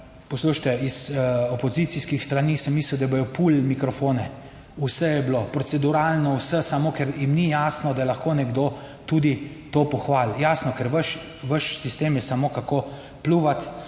poslušajte, iz opozicijskih strani sem mislil, da bodo pulili mikrofone. Vse je bilo proceduralno, vse samo, ker jim ni jasno, da lahko nekdo tudi to pohvali. Jasno, ker vaš sistem je samo, kako pljuvati